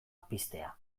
piztea